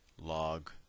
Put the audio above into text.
log